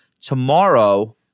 tomorrow